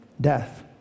death